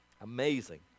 amazing